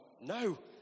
No